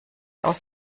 aus